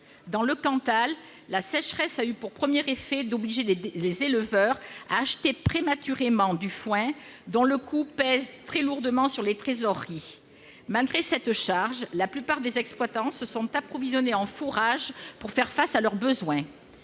Dans le Cantal, la sécheresse a eu pour premier effet d'obliger les éleveurs à acheter prématurément du foin, dont le coût pèse très lourdement sur les trésoreries. Malgré cette charge, la plupart des exploitants se sont approvisionnés en fourrages pour faire face à leurs besoins.